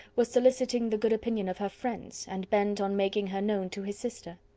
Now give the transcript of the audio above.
was soliciting the good opinion of her friends, and bent on making her known to his sister.